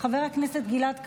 חבר הכנסת גלעד קריב,